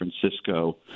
Francisco